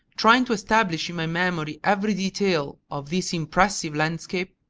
trying to establish in my memory every detail of this impressive landscape,